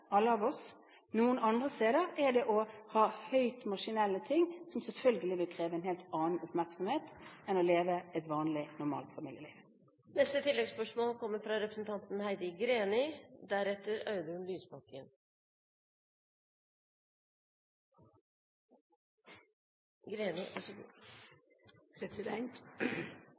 alle av oss. Noen andre steder har man høyt maskinelle ting som selvfølgelig vil kreve en helt annen oppmerksomhet enn å leve et vanlig, normalt familieliv.